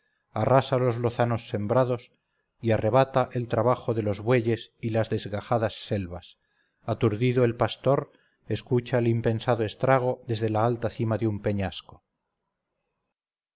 arrasa los lozanos sembrados y arrebata el trabajo de los bueyes y las desgajadas selvas aturdido el pastor escucha el impensado estrago desde la alta cima de un peñasco